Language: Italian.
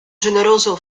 generoso